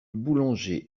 boulanger